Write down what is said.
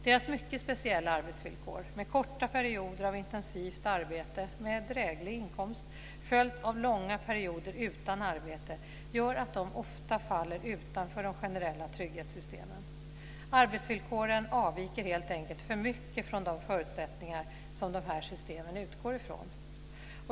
Deras mycket speciella arbetsvillkor med korta perioder av intensivt arbete med en dräglig inkomst följt av långa perioder utan arbete gör att de ofta faller utanför de generella trygghetssystemen. Arbetsvillkoren avviker helt enkelt för mycket från de förutsättningar som de här systemen utgår ifrån.